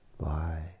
bye